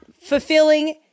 fulfilling